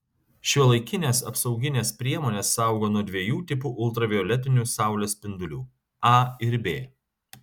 šiuolaikinės apsauginės priemonės saugo nuo dviejų tipų ultravioletinių saulės spindulių a ir b